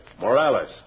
Morales